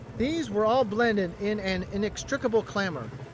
these were all blended in an inextricable clamor.